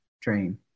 train